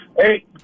Hey